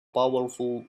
powerful